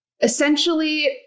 essentially